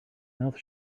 mouth